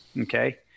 Okay